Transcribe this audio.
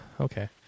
okay